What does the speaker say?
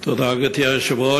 תודה, גברתי היושבת-ראש.